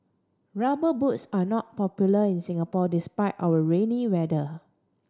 Rubber Boots are not popular in Singapore despite our rainy weather